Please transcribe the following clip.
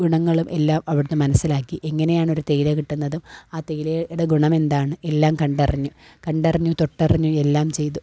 ഗുണങ്ങളും എല്ലാം അവിടുന്നു മനസിലാക്കി എങ്ങനെയാണൊരു തേയില കിട്ടുന്നതും ആ തേയിലയുടെ ഗുണമെന്താണ് എല്ലാം കണ്ടറിഞ്ഞു കണ്ടറിഞ്ഞു തൊട്ടറിഞ്ഞു എല്ലാം ചെയ്തു